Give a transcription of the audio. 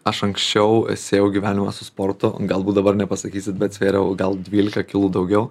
aš anksčiau siejau gyvenimą su sportu galbūt dabar nepasakysit bet svėriau gal dvylika kilų daugiau